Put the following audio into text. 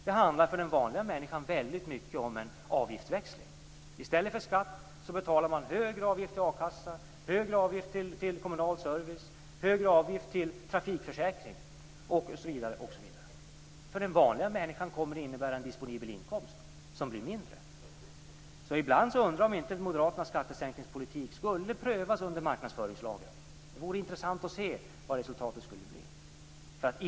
Det handlar för den vanliga människan väldigt mycket om en avgiftsväxling. I stället för skatt betalar man högre avgift till a-kassa, högre avgift till kommunal service och högre avgift till trafikförsäkring osv. För den vanliga människan kommer det att innebära en mindre disponibel inkomst. Ibland undrar jag om inte Moderaternas skattesänkningspolitik skulle prövas under marknadsföringslagen. Det vore intressant att se vilket resultatet skulle bli.